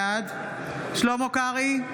בעד שלמה קרעי,